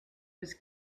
was